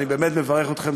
אני באמת מברך אתכם,